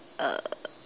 uh